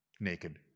naked